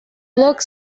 block